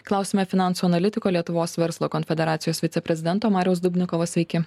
klausiame finansų analitiko lietuvos verslo konfederacijos viceprezidento mariaus dubnikovo sveiki